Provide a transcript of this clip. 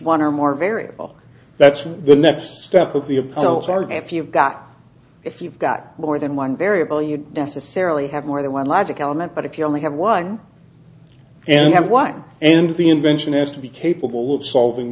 one or more variable that's the next step of the opponents argue if you've got if you've got more than one variable you necessarily have more than one logic element but if you only have one and have one and the invention has to be capable of solving